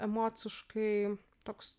emociškai toks